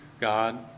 God